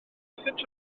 wrthynt